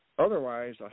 Otherwise